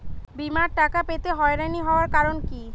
বিমার টাকা পেতে হয়রানি হওয়ার কারণ কি?